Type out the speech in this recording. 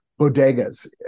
bodegas